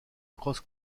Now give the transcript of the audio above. cross